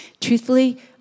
Truthfully